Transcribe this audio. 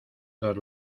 dos